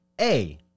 A-